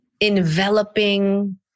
enveloping